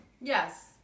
yes